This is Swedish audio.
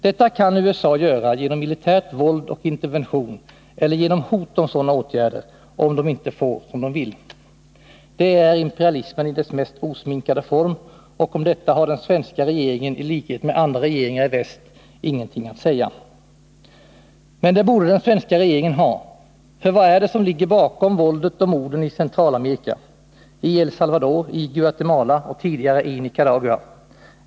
Detta kan USA göra genom militärt våld och intervention eller genom hot om sådana åtgärder om USA inte får som det vill. Det är imperialismen i dess mest osminkade form, och om detta har den svenska regeringen i likhet med andra regeringar i väst ingenting att säga. Men det borde den svenska regeringen ha. För vad är det som ligger bakom våldet och morden i Centralamerika, i El Salvador, i Guatemala och tidigare i Nicaragua?